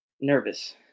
nervous